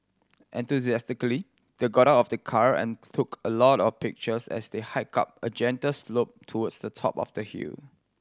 enthusiastically they got out of the car and took a lot of pictures as they hiked up a gentle slope towards the top of the hill